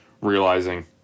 realizing